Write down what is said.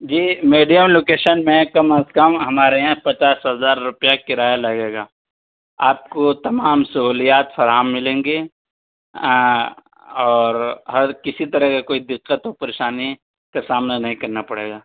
جی medium location میں کم از کم ہمارے یہاں پچاس ہزار روپیہ کرایہ لگے گا آپ کو تمام سہولیات فراہم ملیں گی اور اور کسی طرح کا کوئی دقت اور پریشانی کا سامنا نہیں کرنا پڑے گا